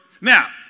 Now